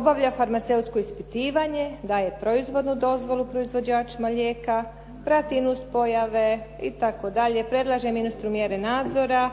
obavlja farmaceutsko ispitivanje, daje proizvodnu dozvolu proizvođačima lijeka, prati nuspojave itd., predlaže ministru mjere nadzora,